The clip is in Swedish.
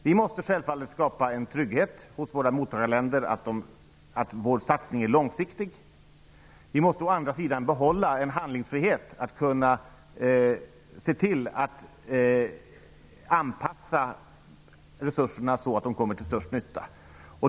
Vi måste skapa en trygghet hos våra mottagarländer att vår satsning är långsiktig. Vi måste å andra sidan behålla en handlingsfrihet, så att resurserna kan anpasas på det sätt att de kommer till störst nytta.